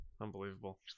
unbelievable